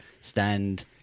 stand